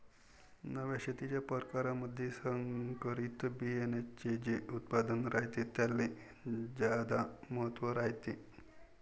नव्या शेतीच्या परकारामंधी संकरित बियान्याचे जे उत्पादन रायते त्याले ज्यादा महत्त्व रायते